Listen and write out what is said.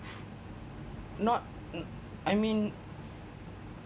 not n~ I mean